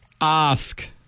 Ask